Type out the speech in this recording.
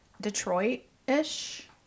Detroit-ish